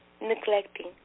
Neglecting